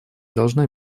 должна